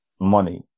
money